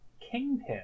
Kingpin